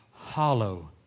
hollow